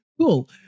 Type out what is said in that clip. Cool